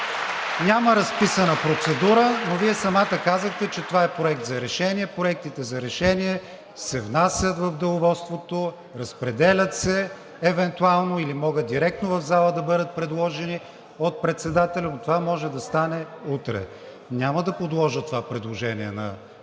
Няма разписана процедура, но Вие самата казахте, че това е Проект за решение. Проектите за решение се внасят в Деловодството, разпределят се евентуално или могат директно в залата да бъдат предложени от председателя, но това може да стане утре. Няма да подложа това предложение на гласуване